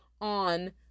on